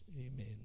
amen